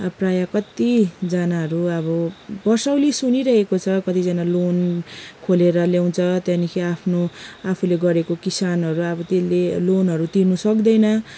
अब प्राय कतिजनाहरू अब बर्सेनी सुनिरहेको छ कतिजना लोन खोलेर ल्याउँछ त्यहाँदेखि आफ्नो आफूले गरेको किसानहरू अब त्यसले लोनहरू तिर्नु सक्दैन